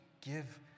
give